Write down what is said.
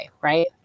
right